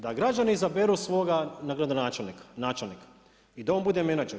Da građani izaberu svoga gradonačelnika, načelnika i da on bude menadžer.